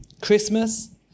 Christmas